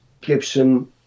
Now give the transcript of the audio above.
Gibson